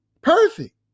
perfect